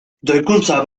doikuntza